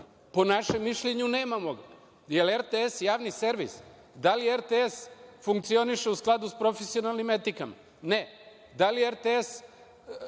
Po našem mišljenju, nemamo ga. Da li je RTS Javni servis, da li RTS funkcioniše u skladu sa profesionalnim etikama? Ne. Da li RTS